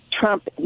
Trump